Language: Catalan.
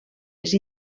les